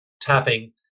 tapping